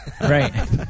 Right